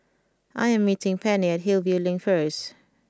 I am meeting Penni Hillview Link first